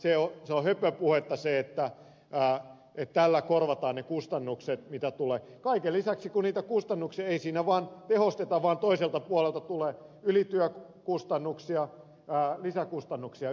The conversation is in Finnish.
se on höpöpuhetta että tällä korvataan ne kustannukset mitä tulee kun kaiken lisäksi niitä kustannuksia ei siinä vaan tehosteta vaan toiselta puolelta tulee ylityökustannuksia lisäkustannuksia yötyöstä